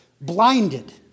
blinded